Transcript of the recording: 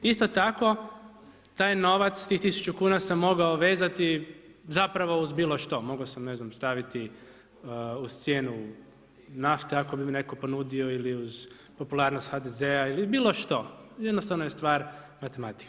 Isto tako, taj novac, tih 1000 kuna sam mogao vezati zapravo uz bilo što, mogao sam, ne znam, staviti uz cijenu nafte ako bi mi netko ponudio ili uz popularnost HDZ-a ili bilo što, jednostavno je stvar matematike.